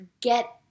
get